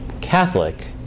Catholic